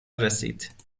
رسید